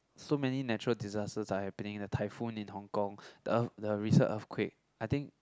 so many natural disasters are happening the typhoon in hong-kong the earth~ the recent earthquake I think